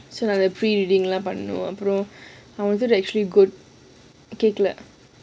so I am pre reading lah I wasn't actually good கேக்கல:kekkala